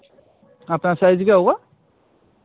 आपका साइज क्या होगा